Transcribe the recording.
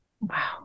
Wow